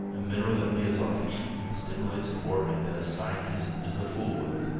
a mineral that gives off heat and stimulates the organ that a scientist is a fool with.